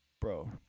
Bro